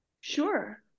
sure